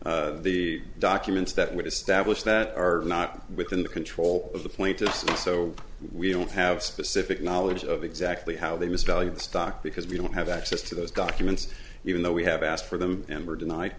braden the documents that would establish that are not within the control of the plaintiffs so we don't have specific knowledge of exactly how they missed value the stock because we don't have access to those documents even though we have asked for them and were denied